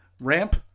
Ramp